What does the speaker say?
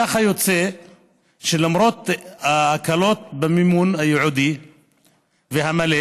ככה יוצא שלמרות ההקלות והמימון הייעודי והמלא,